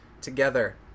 together